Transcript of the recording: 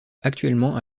actuellement